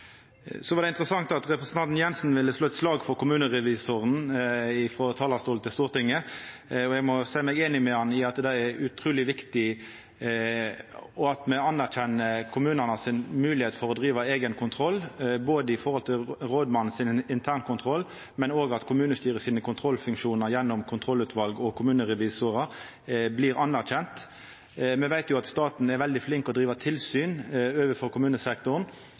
Så var det interessant at representanten Jenssen ville slå eit slag for kommunerevisoren frå talarstolen i Stortinget, og eg må seia meg einig med han i at det er utruleg viktig at me anerkjenner kommunane si moglegheit for å driva eigenkontroll, med omsyn til både rådmannens internkontroll og at kommunestyret sine kontrollfunksjonar gjennom kontrollutval og kommunerevisorar blir anerkjende. Me veit jo at staten er veldig flink til å driva tilsyn overfor kommunesektoren,